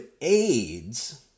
AIDS